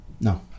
No